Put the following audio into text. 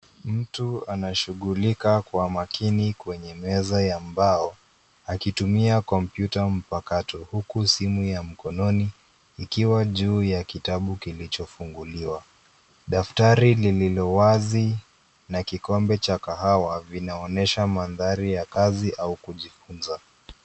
Mtu anashughulika kwa makini kwenye meza ya mbao akitumia kompyuta mpakato huku simu ya mkononi ikiwa juu ya kitabu kilichofunguliwa. Daftari lililo wazi na kikombe cha kahawa vinaonesha mandhari ya kazi au kujifunza.